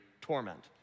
torment